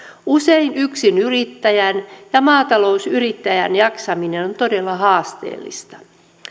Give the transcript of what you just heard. usein yksinyrittäjän ja maatalousyrittäjän jaksaminen on todella haasteellista